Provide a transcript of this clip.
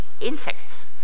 insects